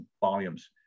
volumes